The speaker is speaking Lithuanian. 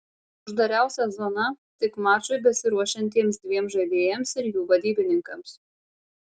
uždariausia zona tik mačui besiruošiantiems dviem žaidėjams ir jų vadybininkams